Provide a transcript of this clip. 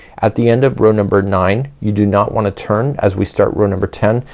at the end of row number nine you do not wanna turn as we start row number ten.